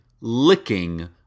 licking